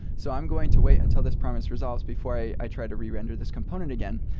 so i'm going to wait until this promise resolves before i i try to re-render this component again.